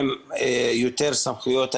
עם יותר סמכויות.